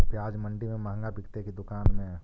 प्याज मंडि में मँहगा बिकते कि दुकान में?